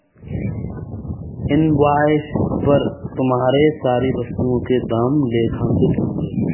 invoice पर तुम्हारे सारी वस्तुओं के दाम लेखांकित होंगे